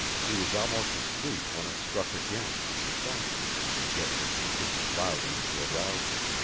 he was almost asleep when it struck again softly, and yet with sufficient loudness to arouse him.